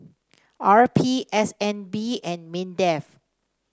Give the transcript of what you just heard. R P S N B and Mindef